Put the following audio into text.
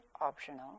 optional